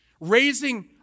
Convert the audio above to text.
Raising